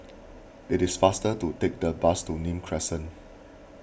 it is faster to take the bus to Nim Crescent